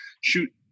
shoot